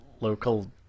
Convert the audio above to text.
local